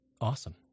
Awesome